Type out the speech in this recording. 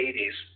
80s